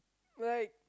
but like